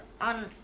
on